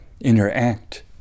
interact